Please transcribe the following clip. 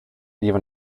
even